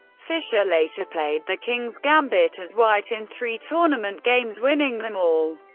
fischer later played the king's gambit as white in three tournament games, winning them all.